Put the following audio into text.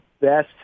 best